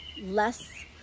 less